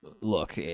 look